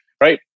right